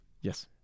yes